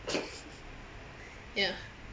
ya